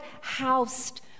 housed